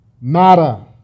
matter